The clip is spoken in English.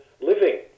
living